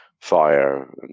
fire